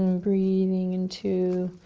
um breathing into